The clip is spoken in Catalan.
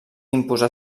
imposar